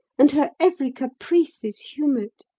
and her every caprice is humoured.